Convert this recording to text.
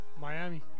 Miami